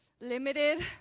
limited